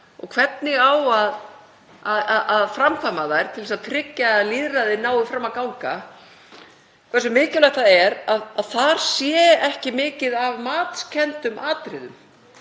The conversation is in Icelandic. og hvernig á að framkvæma þær til þess að tryggja að lýðræðið nái fram að ganga, hversu mikilvægt það er að þar sé ekki mikið af matskenndum atriðum